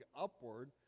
upward